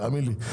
תאמין לי.